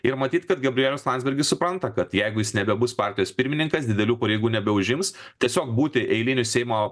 ir matyt kad gabrielius landsbergis supranta kad jeigu jis nebebus partijos pirmininkas didelių pareigų nebeužims tiesiog būti eiliniu seimo